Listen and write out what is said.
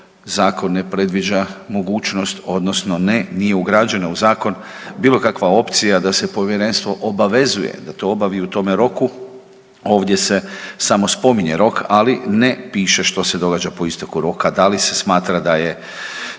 ne predviđa mogućnost, odnosno nije ugrađena u Zakon bilo kakva opcija da se povjerenstvo obavezuje da to obavi u tome roku, ovdje se samo spominje rok, ali ne piše što se događa po isteku roka, da li se smatra da je